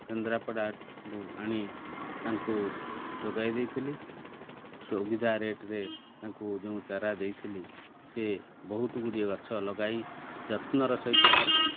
କେନ୍ଦ୍ରାପଡ଼ା ଆଣି ତାଙ୍କୁ ଯୋଗାଇ ଦେଇଥିଲି ସୁବିଧା ରେଟରେ ତାଙ୍କୁ ଯେଉଁ ଚାରା ଦେଇଥିଲି ସିଏ ବହୁତ ଗୁଡ଼ିଏ ଗଛ ଲଗାଇ ଯତ୍ନର ସହିତ ତାକୁ